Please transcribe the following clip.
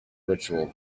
ritual